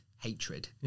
hatred